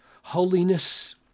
holiness